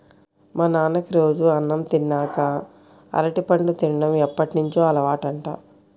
మా నాన్నకి రోజూ అన్నం తిన్నాక అరటిపండు తిన్డం ఎప్పటినుంచో అలవాటంట